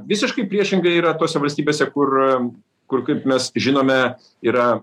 visiškai priešingai yra tose valstybėse kur kur kaip mes žinome yra